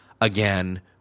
again